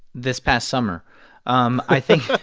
this past summer um i think.